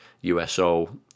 USO